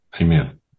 Amen